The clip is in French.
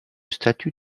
statue